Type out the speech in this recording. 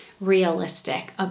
realistic